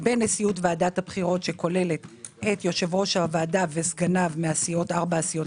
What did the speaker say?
בנשיאות ועדת הבחירות שכוללת את יו"ר הוועדה וסגניו מארבע הסיעות